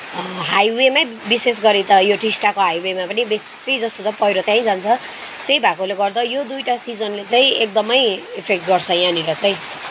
हाइवेमै विशेष गरी त यो टिस्टाको हाइवेमा पनि बेसी जस्तो त पहिरो त्यहीँ जान्छ त्यही भएकोले गर्दा यो दुईवटा सिजनले चाहिँ एकदमै इफेक्ट गर्छ यहाँनिर चाहिँ